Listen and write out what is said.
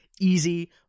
Easy